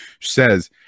says